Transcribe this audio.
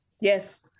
Yes